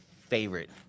favorite